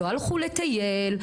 לא הלכו לטייל,